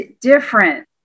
different